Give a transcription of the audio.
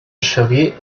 xavier